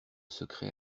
secret